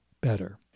better